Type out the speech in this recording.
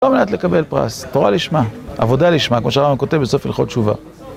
לא על מנת לקבל פרס, תורה לשמה, עבודה לשמה, כמו שהרמב"ם כותב בסוף הלכות תשובה